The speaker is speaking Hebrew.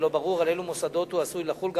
ולא ברור על אילו מוסדות הוא עשוי לחול.